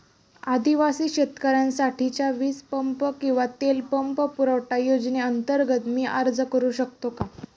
आदिवासी शेतकऱ्यांसाठीच्या वीज पंप किंवा तेल पंप पुरवठा योजनेअंतर्गत मी अर्ज करू शकतो का?